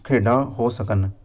ਖੇਡਾਂ ਹੋ ਸਕਣ